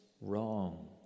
wrong